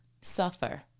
suffer